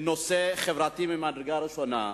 בנושא חברתי ממדרגה ראשונה,